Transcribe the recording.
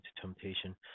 temptation